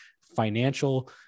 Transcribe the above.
financial